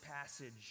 passage